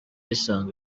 isanzwe